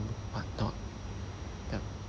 whatnot ya